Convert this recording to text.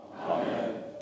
Amen